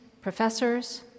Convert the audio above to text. professors